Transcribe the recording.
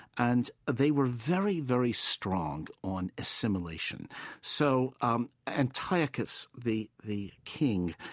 and they were very, very strong on assimilation so um antiochus, the the king,